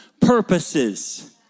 purposes